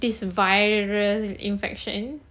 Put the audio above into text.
this virus infection